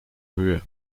höhe